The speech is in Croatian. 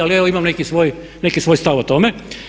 Ali evo imam neki svoj stav o tome.